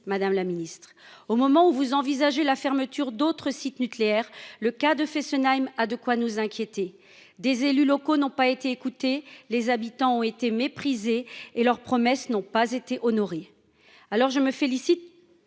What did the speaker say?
madame la ministre ? Au moment où vous envisagez la fermeture d'autres sites nucléaires, le cas de Fessenheim a de quoi nous inquiéter. Des élus locaux n'ont pas été écoutés, les habitants ont été méprisés et les promesses n'ont pas été honorées. Je me félicite